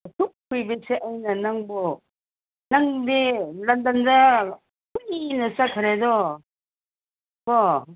ꯑꯁꯨꯛ ꯀꯨꯏꯕꯁꯦ ꯑꯩꯅ ꯅꯪꯕꯨ ꯅꯪꯗꯤ ꯂꯟꯗꯟꯗ ꯀꯨꯏꯅ ꯆꯠꯈ꯭ꯔꯦꯗꯣ ꯀꯣ